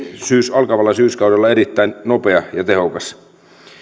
alkavalla syyskaudella erittäin nopea ja tehokas